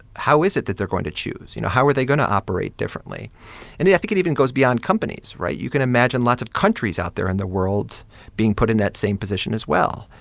how is it that they're going to choose? you know, how are they going to operate differently? and i yeah think it even goes beyond companies, right? you can imagine lots of countries out there in the world being put in that same position as well,